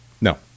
No